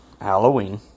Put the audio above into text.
Halloween